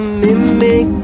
mimic